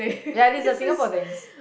ya these are Singapore things